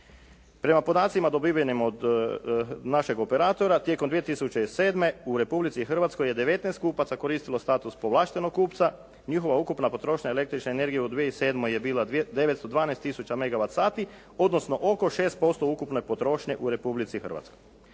Prema podacima dobivenim od našeg operatora tijekom 2007. u Republici Hrvatskoj je 19 kupaca koristilo status povlaštenog kupca. Njihova ukupna potrošnja električne energije u 2007. je bila 912 tisuća megavatsati odnosno oko 6% ukupne potrošnje u Republici Hrvatskoj.